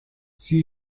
she